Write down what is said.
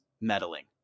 meddling